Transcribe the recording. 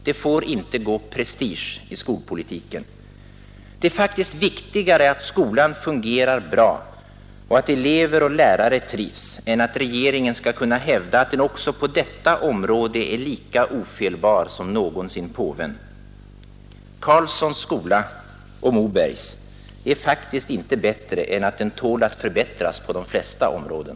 Det får inte gå prestige i skolpolitiken. Det är faktiskt viktigare att skolan fungerar bra och att elever och lärare trivs än att regeringen skall kunna hävda att den också på detta område är lika ofelbar som någonsin påven. Carlssons skola — och Mobergs — är faktiskt inte bättre än att den tål att förbättras på de flesta områden!